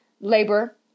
labor